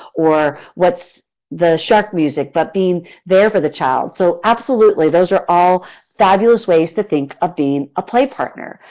or what's the shark music, but being there for the child. so, absolutely, those are all fabulous ways to think of being a play partner.